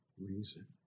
reason